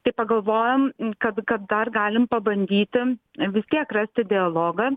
tai pagalvojom kad kad dar galim pabandyti vis tiek rasti dialogą